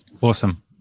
awesome